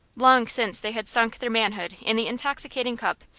long since they had sunk their manhood in the intoxicating cup,